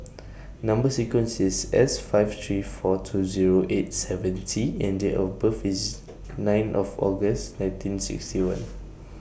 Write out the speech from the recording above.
Number sequence IS S five three four two Zero eight seven T and Date of birth IS nine of August nineteen sixty one